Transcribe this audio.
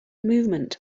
movement